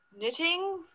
knitting